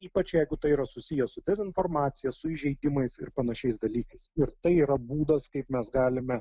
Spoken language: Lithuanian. ypač jeigu tai yra susiję su dezinformacija su įžeidimais ir panašiais dalykais ir tai yra būdas kaip mes galime